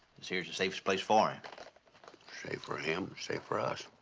this here's the safest place for him. safe for him, safe for us.